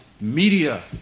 media